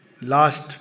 Last